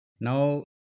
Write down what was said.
now